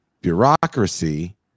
Bureaucracy